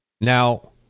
Now